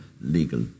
legal